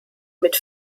mit